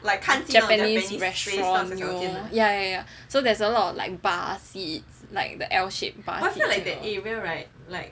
japanese restaurant you know yeah yeah yeah so there's a lot of like bar seats like the L shaped bar seats